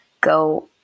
go